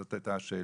זאת הייתה השאלה.